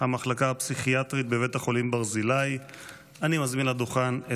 אני מתכבד להודיעכם,